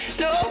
no